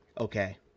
Okay